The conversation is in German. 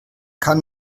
kann